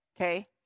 Okay